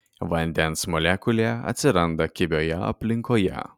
vandens molekulė atsiranda kibioje aplinkoje